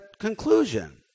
conclusion